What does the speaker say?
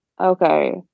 Okay